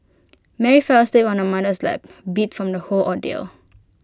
Mary fell asleep on her mother's lap beat from the whole ordeal